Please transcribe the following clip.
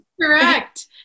correct